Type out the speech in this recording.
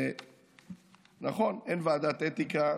נכון, אין ועדת אתיקה.